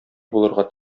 булырга